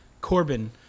Corbin